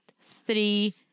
three